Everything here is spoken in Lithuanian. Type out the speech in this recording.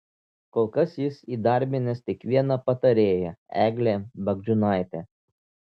kol kas jis įdarbinęs tik vieną patarėją eglę bagdžiūnaitę